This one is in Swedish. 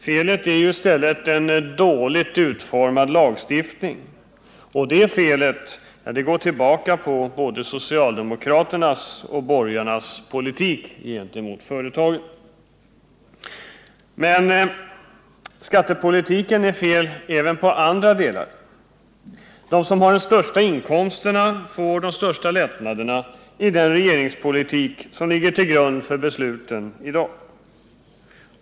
Felet ligger i en dåligt utformad lagstiftning, och det felet går tillbaka till både socialdemokraternas och borgarnas politik gentemot företagen. Men skattepolitiken är felaktig, även i andra delar. De som har de största inkomsterna får de största lättnaderna enligt den regeringspolitik som ligger till grund för besluten i dag.